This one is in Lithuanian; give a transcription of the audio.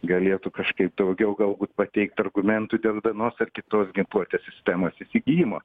galėtų kažkaip daugiau galbūt pateikt argumentų dėl vienos ar kitos ginkluotės sistemos įsigijimo